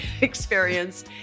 experience